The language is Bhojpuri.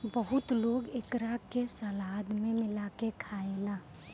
बहुत लोग एकरा के सलाद में मिला के खाएला